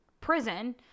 prison